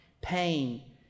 pain